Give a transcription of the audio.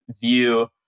view